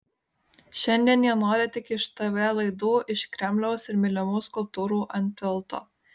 šiandien jie nori tik tv laidų iš kremliaus ir mylimų skulptūrų ant tilto